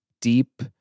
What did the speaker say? deep